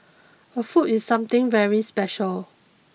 a foot is something very special